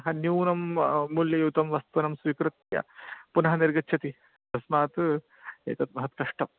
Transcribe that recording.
न्यूनं मूल्ययुतं वस्तुनं स्वीकृत्य पुनः निर्गच्छति तस्मात् एत्तत् महत् कष्टं